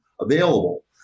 available